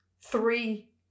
three